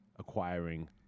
Acquiring